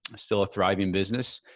still a thriving business.